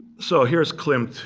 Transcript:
so here's klimt,